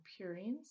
purines